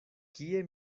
kie